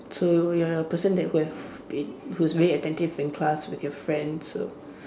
so you are a person that who have been who is very attentive in class with your friends so